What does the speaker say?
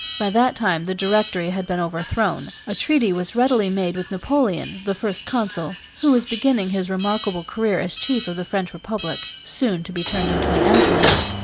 by that time the directory had been overthrown. a treaty was readily made with napoleon, the first consul, who was beginning his remarkable career as chief of the french republic, soon to be turned into an empire.